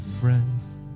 friends